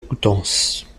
coutances